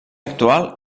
actual